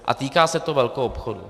A týká se to velkoobchodu.